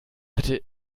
bitte